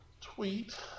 tweet